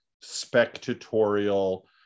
spectatorial